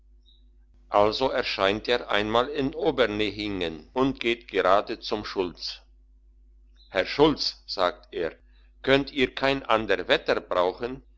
also erscheint er einmal in obernehingen und geht gerade zum schulz herr schulz sagt er könntet ihr kein ander wetter brauchen